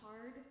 hard